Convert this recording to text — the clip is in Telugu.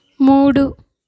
మూడు